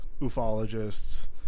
ufologists